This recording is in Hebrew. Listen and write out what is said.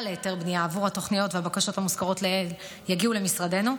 להיתר בנייה עבור התוכניות והבקשות המוזכרות לעיל יגיעו למשרדנו,